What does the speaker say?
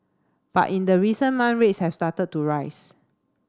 but in the recent month rates have started to rise